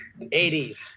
80s